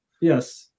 Yes